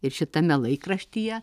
ir šitame laikraštyje